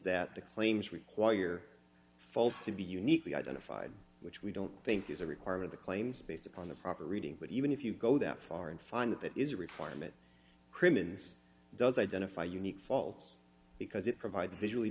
the claims require your faults to be uniquely identified which we don't think is a requirement the claims based upon the proper reading but even if you go that far and find that that is a requirement crimmins does identify unique faults because it provides visually